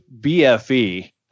BFE